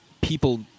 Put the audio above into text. people